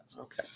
Okay